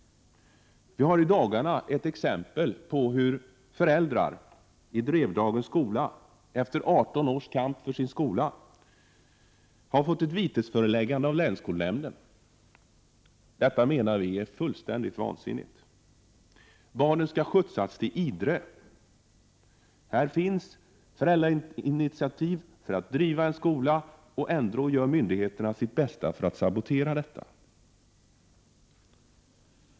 Vi har i dagarna fått ett exempel på hur det inte får gå till. Föräldrarna till barn vid Drevdagens skola har efter 18 års kamp för sin skola fått ett vitesföreläggande av länsskolnämnden. Detta menar vi är fullständigt vansinnigt. Barnen skall skjutsas till Idre. Här finns alltså ett föräldrainitiativ för att driva en skola, och ändå gör myndigheterna sitt bästa för att sabotera detta.